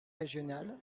régional